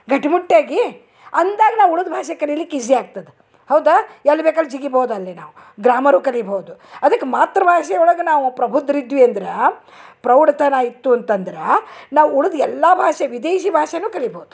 ಗಟ್ಮುಟ್ಟಾಗಿ ಅಂದಾಗ ನಾವು ಉಳಿದ ಭಾಷೆ ಕಲೀಲಿಕ್ಕೆ ಈಝಿ ಆಗ್ತದೆ ಹೌದಾ ಎಲ್ಲಿ ಬೇಕಲ್ಲಿ ಜಿಗಿಬೋದು ಅಲ್ಲಿ ನಾವು ಗ್ರಾಮರು ಕಲಿಯಬೌದು ಅದಕ್ಕೆ ಮಾತೃಭಾಷೆ ಒಳಗೆ ನಾವು ಪ್ರಭುದ್ರು ಇದ್ವಿ ಅಂದ್ರೆ ಪ್ರೌಢತನ ಇತ್ತು ಅಂತಂದ್ರೆ ನಾವು ಉಳಿದ ಎಲ್ಲ ಭಾಷೆ ವಿದೇಶಿ ಭಾಷೆನೂ ಕಲಿಬೋದು